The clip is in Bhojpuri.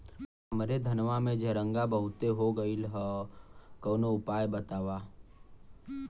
हमरे धनवा में झंरगा बहुत हो गईलह कवनो उपाय बतावा?